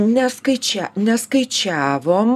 neskaičia neskaičiavom